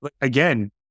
again